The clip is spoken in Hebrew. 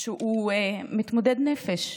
שהוא מתמודד נפש.